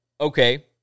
okay